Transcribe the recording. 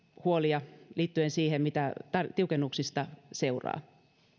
huolia liittyen siihen mitä tiukennuksista seuraa